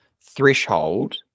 threshold